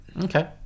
Okay